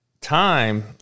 time